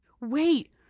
Wait